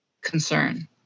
concern